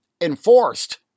enforced